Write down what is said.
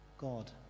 God